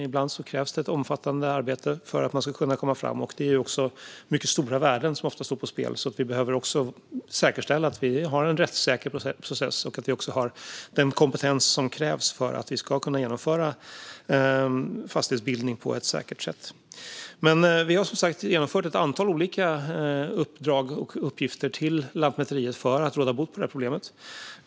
Ibland krävs ett omfattande arbete för att man ska kunna komma framåt. Ofta står mycket stora värden på spel. Därför behöver vi säkerställa att processen är rättssäker och att vi har den kompetens som krävs för att genomföra fastighetsbildning på ett säkert sätt. Vi har som sagt gett Lantmäteriet ett antal olika uppdrag och uppgifter för att råda bot på problemet.